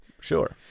Sure